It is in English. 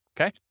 Okay